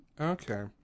Okay